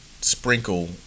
sprinkle